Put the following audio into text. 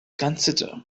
consider